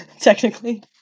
technically